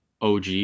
OG